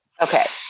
Okay